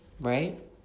right